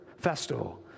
festival